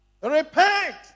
Repent